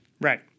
Right